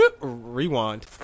Rewind